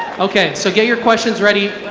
okay, so get your questions ready.